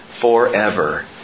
forever